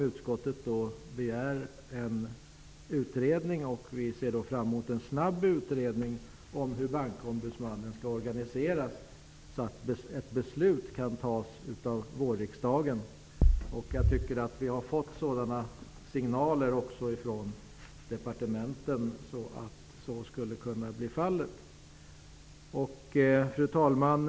Utskottet begär att en utredning tillsätts och ser fram mot att den snabbt utarbetar ett förslag till hur Bankombudsmannen skall organiseras, så att ett beslut kan fattas under vårriksdagen. Jag tycker att vi har fått signaler från departementen om att så skulle kunna bli fallet. Fru talman!